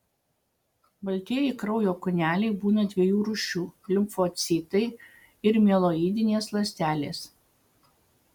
baltieji kraujo kūneliai būna dviejų rūšių limfocitai ir mieloidinės ląstelės